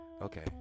okay